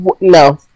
no